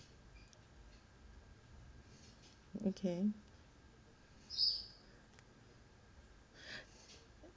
okay